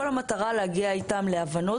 כל המטרה היא להגיע איתם להבנות,